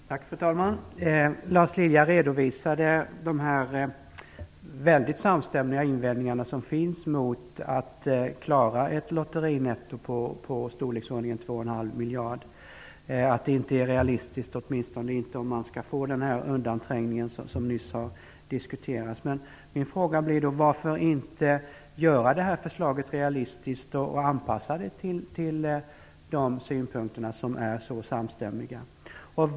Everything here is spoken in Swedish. Fru talman! Lars Lilja redovisade de väldigt samstämmiga invändningar som finns mot att klara ett lotterinetto på i storleksordningen två och en halv miljarder kronor. Man tror inte att det är realistiskt, åtminstone inte om den undanträngning som nyss har diskuterats skulle uppstå. Mina frågor blir då: Varför inte göra förslaget realistiskt, och anpassa det till de synpunkter som är så samstämmiga?